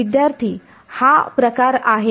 विद्यार्थीः हा प्रकार आहे